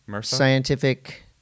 scientific